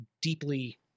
deeply